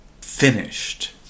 finished